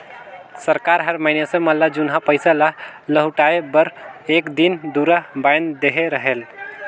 सरकार हर मइनसे मन ल जुनहा पइसा ल लहुटाए बर एक दिन दुरा बांएध देहे रहेल